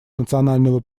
национального